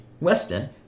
Weston